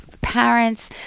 parents